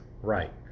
Right